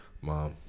mom